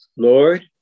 Lord